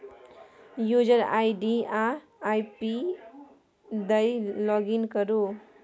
user ID आ I PIN दए login करु